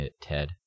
Ted